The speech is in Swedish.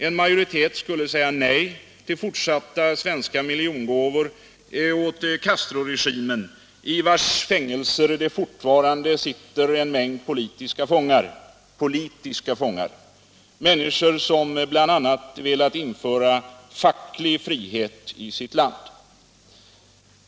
En majoritet skulle säga nej till fortsatta svenska miljongåvor åt Castroregimen, i vars fängelser det fortfarande sitter en mängd politiska fångar, människor som bl.a. velat införa facklig frihet i sitt land.